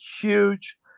huge